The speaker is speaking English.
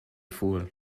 fool